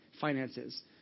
finances